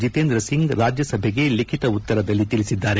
ಜಿತೇಂದ್ರ ಸಿಂಗ್ ರಾಜ್ಯಸಭೆಗೆ ಲಖಿತ ಉತ್ತರದಲ್ಲಿ ತಿಳಿಸಿದ್ದಾರೆ